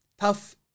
tough